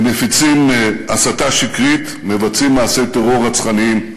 הם מפיצים הסתה שקרית, מבצעים מעשי טרור רצחניים.